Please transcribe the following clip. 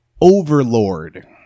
Overlord